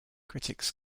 critics